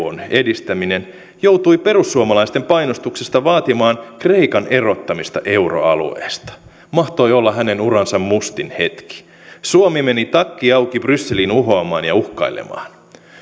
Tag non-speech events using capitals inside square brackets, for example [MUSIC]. [UNINTELLIGIBLE] on eun edistäminen joutui perussuomalaisten painostuksesta vaatimaan kreikan erottamista euroalueesta mahtoi olla hänen uransa mustin hetki suomi meni takki auki brysseliin uhoamaan ja uhkailemaan